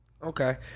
Okay